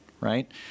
right